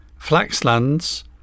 Flaxlands